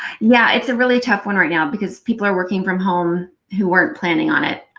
yeah it's a really tough one right now, because people are working from home who weren't planning on it.